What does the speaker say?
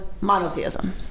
monotheism